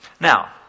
Now